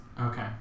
Okay